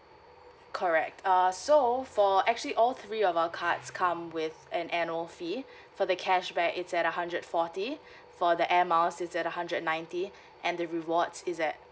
correct err so for actually all three of our cards come with an annual fee for the cashback is at a hundred forty for the air miles is at a hundred ninety and the rewards is at